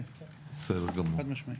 חד משמעי.